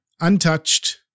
untouched